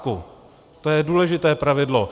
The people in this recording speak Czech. To je důležité pravidlo.